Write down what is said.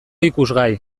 ikusgai